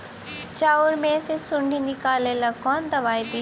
चाउर में से सुंडी निकले ला कौन दवाई दी?